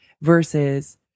versus